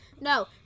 No